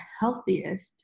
healthiest